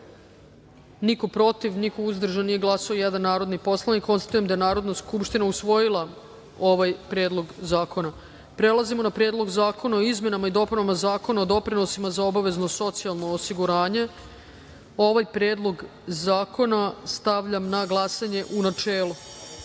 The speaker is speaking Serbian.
protiv – niko, uzdržan – niko, nije glasao jedan narodni poslanik. Konstatujem da je Narodna skupština usvojila ovaj Predlog zakona. Prelazimo na Predlog zakona o izmenama i dopunama Zakona o doprinosima za obavezno socijalno osiguranje. Stavljam na glasanje Predlog